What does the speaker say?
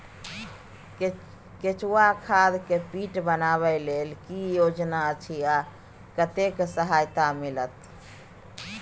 केचुआ खाद के पीट बनाबै लेल की योजना अछि आ कतेक सहायता मिलत?